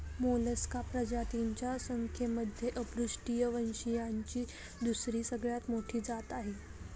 Mollusca प्रजातींच्या संख्येमध्ये अपृष्ठवंशीयांची दुसरी सगळ्यात मोठी जात आहे